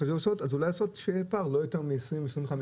אולי לעשות שיהיה פער של לא יותר מ-25-20 אחוזים.